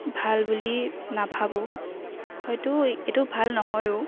ভাল বুলি নাভাবোঁ হয়তো এইটো ভাল নহয়ো